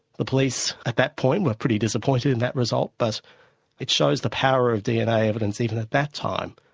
the police at that point were pretty disappointed in that result, but it shows the power of dna evidence even at that time,